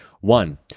One